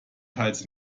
teils